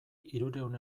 hirurehun